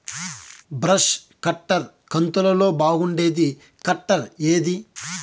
Brush cutter కంతులలో బాగుండేది cutter ఏది?